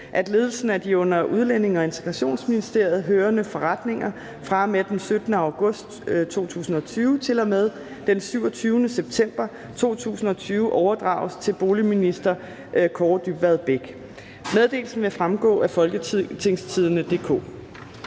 at ledelsen af de under Udlændinge- og Integrationsministeriet hørende forretninger fra og med den 17. august 2020 til og med den 27. september 2020 overdrages til boligminister Kaare Dybvad Bek. Meddelelsen vil fremgå af www.folketingstidende.dk